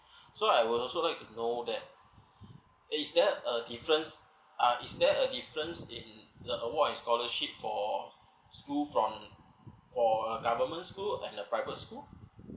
so I would also like to know that is there a difference uh is there a difference in the award and scholarship for school from for government school and the private school